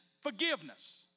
forgiveness